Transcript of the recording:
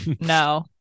no